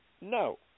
No